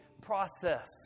process